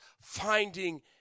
finding